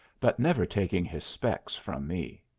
but never taking his specs from me.